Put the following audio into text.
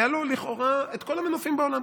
היו לו לכאורה כל המנופים בעולם,